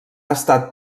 estat